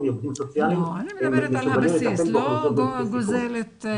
ועובדים סוציאליים מסוגלים לטפל באוכלוסיות בסיכון.